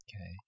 Okay